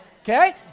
Okay